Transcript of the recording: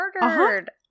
murdered